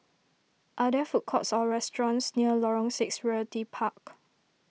are there food courts or restaurants near Lorong six Realty Park